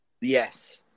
Yes